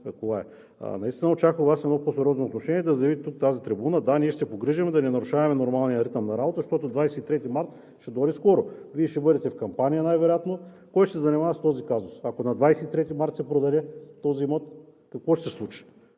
колая. От Вас очаквах едно по-сериозно отношение и да заявите от тази трибуна: „Да, ние ще се погрижим да не нарушаваме нормалния ритъм на работа“, защото 23 март ще дойде скоро. Вие ще бъдете в кампания най-вероятно, а кой ще се занимава с този казус? Ако на 23 март се продаде този имот, какво ще се случи?